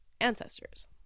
ancestors